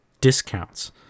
Discounts